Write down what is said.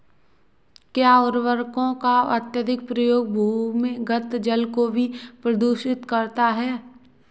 क्या उर्वरकों का अत्यधिक प्रयोग भूमिगत जल को भी प्रदूषित करता है?